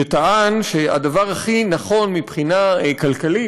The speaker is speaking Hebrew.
שטען שהדבר הכי נכון מבחינה כלכלית,